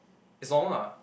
it's normal ah